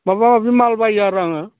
माबा माबि माल बायो आरो आङो